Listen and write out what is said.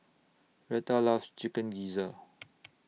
Rheta loves Chicken Gizzard